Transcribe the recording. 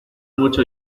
mucho